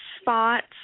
spots